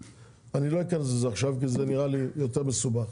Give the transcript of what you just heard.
אני לא אכנס לזה עכשיו כי זה נראה לי יותר מסובך.